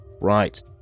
right